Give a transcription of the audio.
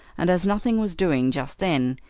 and, as nothing was doing just then,